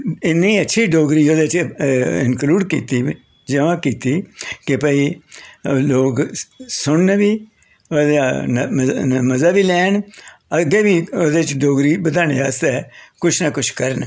इ'न्नी अच्छी डोगरी एह्दे च इंक्लूड कीती जमा कीती कि भई लोग सुनन बी मज़ा बी लैन अग्गें बी ओह्दे च डोगरी बधानै आस्तै कुछ ना कुछ करन